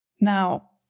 Now